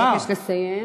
אבקש לסיים.